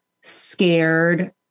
scared